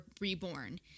reborn